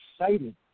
excited